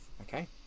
okay